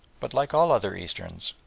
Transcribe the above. but like all other easterns,